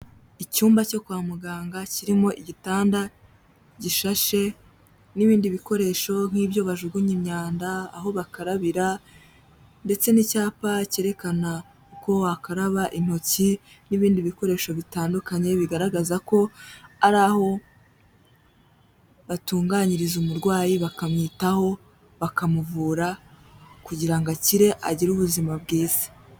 Icyumba cyo kwa muganga kirimo igitanda gishashe n'ibindi bikoresho nk'ibyo bajugunya imyanda, aho bakarabira ndetse n'icyapa cyerekana uko wakaraba intoki n'ibindi bikoresho bitandukanye bigaragaza ko ari aho batunganyiriza umurwayi, bakamwitaho, bakamuvura kugira ngo akire, agire ubuzima bwiza.